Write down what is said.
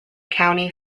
county